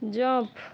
jump